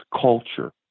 culture